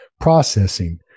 processing